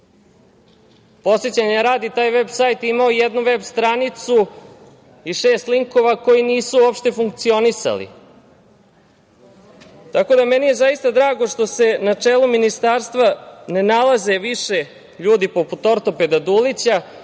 Podsećanja radi, taj veb-sajt je imao jednu veb stranicu i šest linkova koji nisu uopšte funkcionisali. Meni je zaista drago što se na čelu Ministarstva ne nalaze ljudi poput ortopeda Dulića,